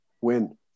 Win